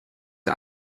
der